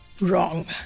Wrong